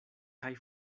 kaj